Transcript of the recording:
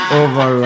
over